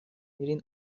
میرین